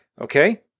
Okay